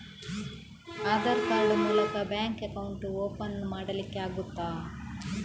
Aadhaar card ಮೂಲಕ bank account open ಮಾಡಲಿಕ್ಕೆ ಆಗುತಾ?